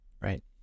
right